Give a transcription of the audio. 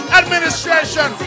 administration